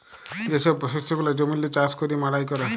যে ছব শস্য গুলা জমিল্লে চাষ ক্যইরে মাড়াই ক্যরে